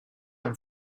amb